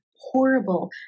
horrible